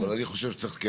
לא, אבל אני חושב שצריך כן